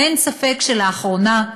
ואין ספק שלאחרונה,